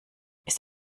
ist